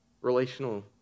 relational